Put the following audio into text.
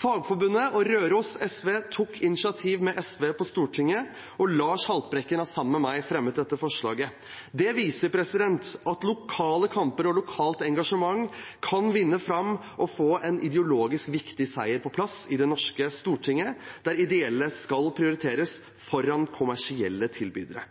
Fagforbundet og Røros SV tok initiativ sammen med SV på Stortinget, og Lars Haltbrekken har sammen med meg fremmet dette forslaget. Det viser at lokale kamper og lokalt engasjement kan vinne fram og få en ideologisk viktig seier på plass i Det norske storting – nå skal ideelle prioriteres foran kommersielle tilbydere.